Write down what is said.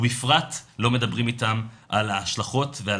ובפרט לא מדברים איתם על ההשלכות ועל